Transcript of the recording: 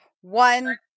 One